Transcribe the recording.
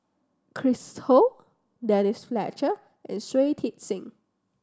Chris Ho Denise Fletcher and Shui Tit Sing